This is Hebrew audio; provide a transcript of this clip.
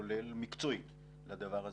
כולל מקצועית לדבר הזה,